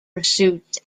pursuits